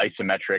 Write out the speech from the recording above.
isometric